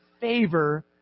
favor